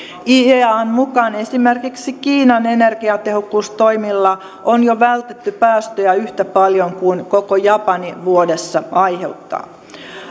iean mukaan esimerkiksi kiinan energiatehokkuustoimilla on jo vältetty päästöjä yhtä paljon kuin koko japani vuodessa aiheuttaa